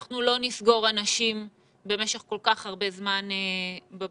אנחנו לא נסגור אנשים במשך כל כך הרבה זמן בבתים.